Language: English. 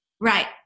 Right